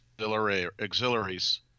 auxiliaries